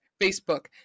Facebook